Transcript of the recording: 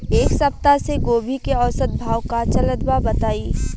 एक सप्ताह से गोभी के औसत भाव का चलत बा बताई?